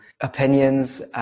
opinions